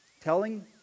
telling